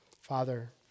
Father